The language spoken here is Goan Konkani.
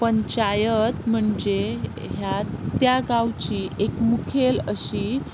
पंचायत म्हणजे ह्या त्या गांवची एक मुखेल अशी